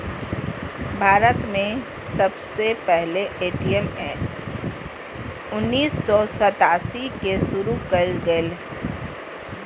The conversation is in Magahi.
भारत में सबसे पहले ए.टी.एम उन्नीस सौ सतासी के शुरू कइल गेलय